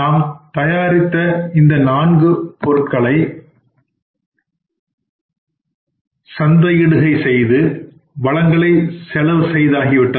நாம் இந்த நான்கு பொருட்களை உற்பத்தி சந்தையிடுகைக்கு செய்து வளங்களை செலவு செய்தாகிவிட்டது